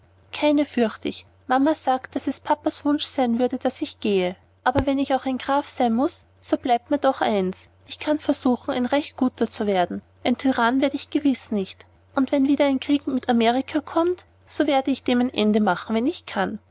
keine fürcht ich mama sagt daß es papas wunsch sein würde daß ich gehe aber wenn ich auch ein graf sein muß so bleibt mir doch eins ich kann versuchen ein recht guter zu werden ein tyrann werde ich gewiß nicht und wenn wieder ein krieg mit amerika kommt so werde ich dem ein ende machen wenn ich kann